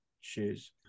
shoes